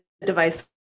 device